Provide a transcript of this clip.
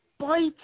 Bites